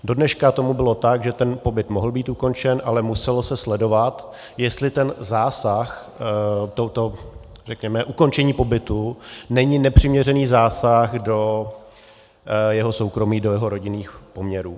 Dodneška tomu bylo tak, že ten pobyt mohl být ukončen, ale muselo se sledovat, jestli ten zásah, řekněme toto ukončení pobytu, není nepřiměřený zásah do jeho soukromí, do jeho rodinných poměrů.